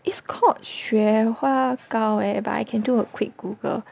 it's called 雪花膏 eh but I can do a quick Google